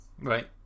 Right